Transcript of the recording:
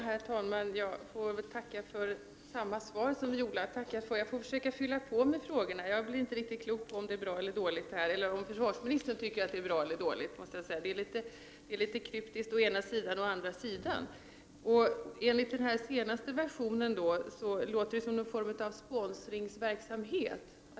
Herr talman! Jag ber att få tacka för samma svar som Viola Claesson tackade för. Jag skall fö a fylla på med frågor. Jag blir inte riktigt klok på om försvarsministern anser att detta är bra eller dåligt. Det är litet kryptiskt med ”å ena sidan och å andra sidan”. Enligt den senaste versionen verkar det som om det är fråga om någon form av sponsringsverksamhet.